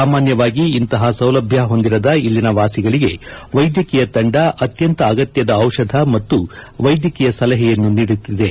ಸಾಮಾನ್ಯವಾಗಿ ಇಂತಹ ಸೌಲಭ್ಯ ಹೊಂದಿರದ ಇಲ್ಲಿನ ವಾಸಿಗಳಿಗೆ ವೈದ್ಯಕೀಯ ತಂದ ಅತ್ಯಂತ ಅಗತ್ಯದ ಔಷಧ ಮತ್ತು ವೈದ್ಯಕೀಯ ಸಲಹೆಯನ್ನು ನೀಡಲಾಯಿತು